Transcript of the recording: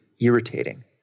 irritating